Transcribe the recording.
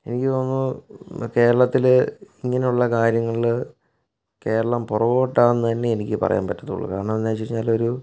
എനിക്ക് തോന്നുന്നു കേരളത്തിൽ ഇങ്ങനെയുള്ള കാര്യങ്ങളിൽ കേരളം പുറകോട്ട് ആണെന്ന് തന്നെയാണ് എനിക്ക് പറയാന് പറ്റത്തുള്ളൂ കാരണം എന്താണെന്ന് വെച്ചാൽ ഒരു